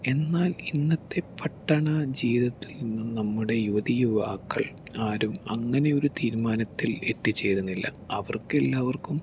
എന്നാൽ ഇന്നത്തെ പട്ടണ ജീവിതത്തിൽ നിന്നും നമ്മുടെ യുവതീ യുവാക്കൾ ആരും അങ്ങനെയൊരു തീരുമാനത്തിൽ എത്തിച്ചേരുന്നില്ല അവർക്കെല്ലാവർക്കും